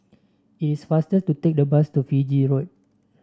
it is faster to take the bus to Fiji Road